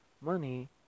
money